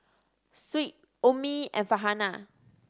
Shuib Ummi and Farhanah